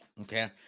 okay